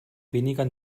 weniger